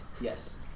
Yes